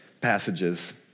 passages